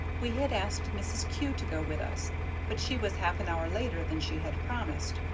we had asked mrs. kew to go with us but she was half an hour later than she had promised,